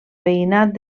veïnat